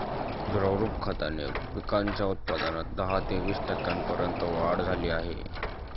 द्रवरूप खताने पिकांच्या उत्पादनात दहा ते वीस टक्क्यांपर्यंत वाढ झाली आहे